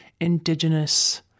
indigenous